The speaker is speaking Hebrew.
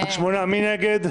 שמונה בעד, מי נגד?